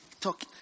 talk